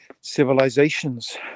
civilizations